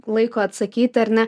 laiko atsakyti ar ne